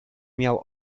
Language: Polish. miał